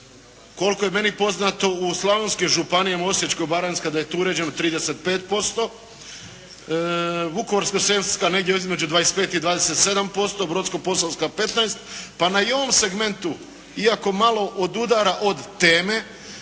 Koliko je meni poznato u slavonskim županijama, Osječko-baranjska da je tu uređeno 35%, Vukovarsko-srijemska negdje između 25 i 27%, Brodsko-posavska 15. Pa na i ovom segmentu iako malo odudara od teme